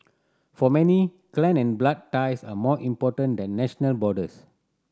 for many clan and blood ties are more important than national borders